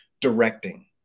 directing